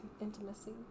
intimacy